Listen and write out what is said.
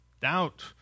doubt